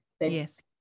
Yes